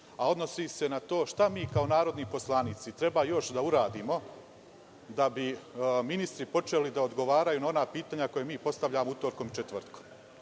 a odnosi se na to šta mi kao narodni poslanici treba još da uradimo da bi ministri počeli da odgovaraju na pitanja koja postavljamo utorkom i četvrtkom?